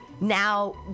now